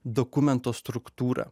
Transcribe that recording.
dokumento struktūrą